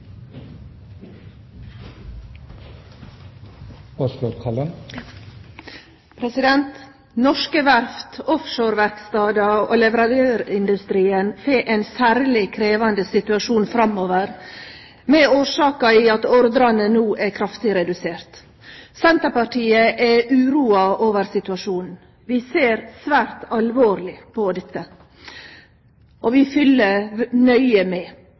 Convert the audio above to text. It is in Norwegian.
Norske verft, offshoreverkstader og leverandørindustrien får ein særleg krevjande situasjon framover med årsak i at ordrane no er kraftig reduserte. Senterpartiet er uroa over situasjonen. Me ser svært alvorleg på dette, og me følgjer nøye med.